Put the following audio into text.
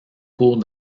cours